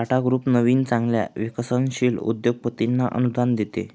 Tata group नवीन चांगल्या विकसनशील उद्योगपतींना अनुदान देते